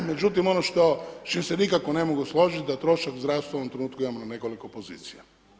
Međutim, ono s čim se nikako ne mogu složiti da trošak zdravstva u ovom trenutku imamo na nekoliko pozicija.